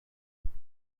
محقق